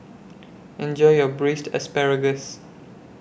Enjoy your Braised Asparagus